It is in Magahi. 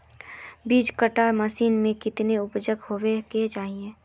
बीस कट्ठा जमीन में कितने उपज होबे के चाहिए?